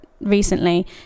recently